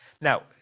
Now